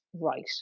right